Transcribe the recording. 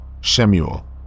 Shemuel